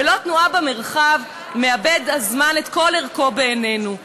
בלא תנועה במרחב, מאבד הזמן את כל ערכו בעינינו.